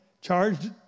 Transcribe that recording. charged